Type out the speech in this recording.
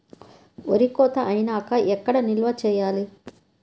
వరి కోత అయినాక ఎక్కడ నిల్వ చేయాలి?